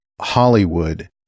Hollywood